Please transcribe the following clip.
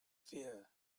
fear